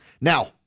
Now